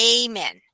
amen